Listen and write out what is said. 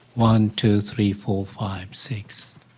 one, two, three, four, five, six.